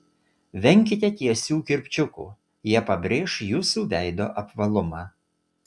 venkite tiesių kirpčiukų jie pabrėš jūsų veido apvalumą